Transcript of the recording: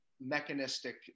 mechanistic